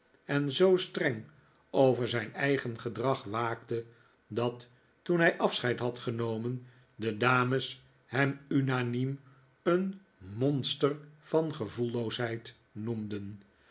en zoo streng over zijn eigen gedrag waakte dat toen hij afscheid had genomen de dames hem unaniem een monster van gevoelloosheid noemden